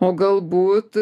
o galbūt